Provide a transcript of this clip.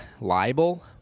libel